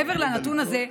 מעבר לנתון הזה,